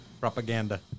Propaganda